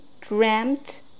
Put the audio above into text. dreamt